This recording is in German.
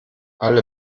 alle